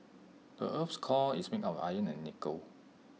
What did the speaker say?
the Earth's core is made of iron and nickel